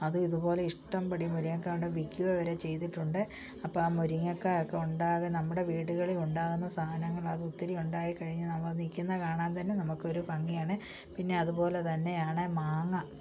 അത് ഇതുപോലെ ഇഷ്ടമ്പടി മുരിങ്ങക്കായ കൊണ്ടുവിൽക്കുക വരെ ചെയ്തിട്ടുണ്ട് അപ്പം ആ മുരിങ്ങക്കായ ഒക്കെ ഉണ്ടാകുന്ന നമ്മുടെ വീടുകളിലുണ്ടാകുന്ന സാനങ്ങൾ അത് ഒത്തിരി ഉണ്ടായിക്കഴിഞ്ഞ് നമ്മൾ വിൽക്കുന്നത് കാണാൻ തന്നെ നമുക്കൊരു ഭംഗിയാണ് പിന്നെയതുപോലെ തന്നെയാണ് മാങ്ങ